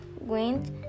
went